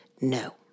no